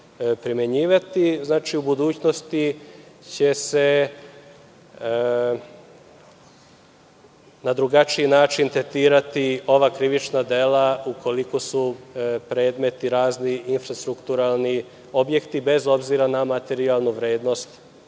u budućnosti će se na drugačiji način tretirati ova krivična dela ukoliko su predmeti razni infrastrukturalni objekti bez obzira na materijalnu vrednost